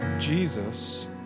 Jesus